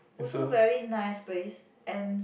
also very nice place and